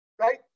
right